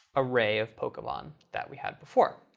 array of pokemon that we had before.